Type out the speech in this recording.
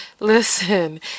Listen